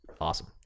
awesome